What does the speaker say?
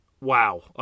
wow